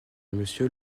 monsieur